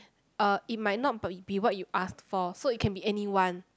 uh it might not be be what you asked for so it can be anyone